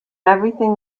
everything